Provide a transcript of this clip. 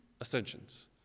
ascensions